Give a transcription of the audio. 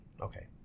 Okay